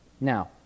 Now